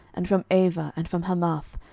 and from ava, and from hamath,